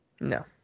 No